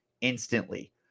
instantly